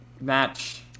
match